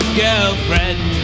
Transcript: girlfriend